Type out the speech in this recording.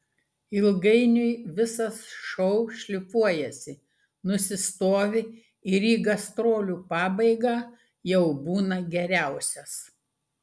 ilgainiui visas šou šlifuojasi nusistovi ir į gastrolių pabaigą jau būna geriausias